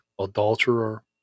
adulterer